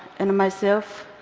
and myself,